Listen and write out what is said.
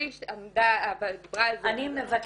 שלי עמדה ודיברה על זה --- אני מבקשת,